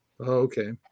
okay